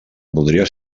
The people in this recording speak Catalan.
voldria